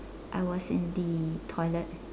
I was in the toilet